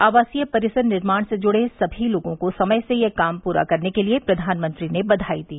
आवासीय परिसर निर्माण से जुड़े समी लोगों को समय से यह काम पूरा करने के लिए प्रधानमंत्री ने बधाई दी